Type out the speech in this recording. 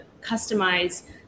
customize